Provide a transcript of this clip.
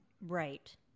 Right